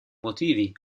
motivi